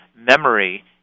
memory